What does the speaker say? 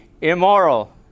immoral